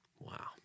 Wow